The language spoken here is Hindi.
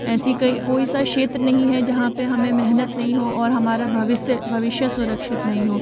ऐसी कई कोई सा क्षेत्र नहीं है जहाँ पे हमें महनत नहीं हो और हमारा भविष्य भविष्य सुरक्षित नहीं हो